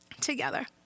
together